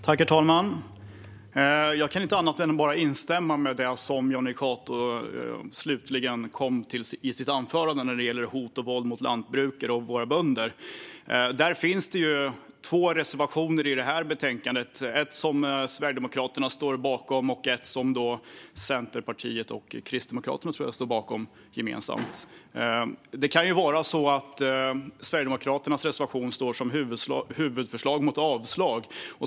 Herr talman! Jag kan inte annat än instämma i det som Jonny Cato slutligen kom till i sitt anförande när det gäller hot och våld mot lantbrukare och mot våra bönder. På detta område finns det två reservationer i betänkandet: en som Sverigedemokraterna står bakom och en som Centerpartiet och Kristdemokraterna, tror jag, gemensamt står bakom. Det kan ju vara så att Sverigedemokraternas reservation står som huvudförslag mot avslag.